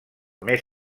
més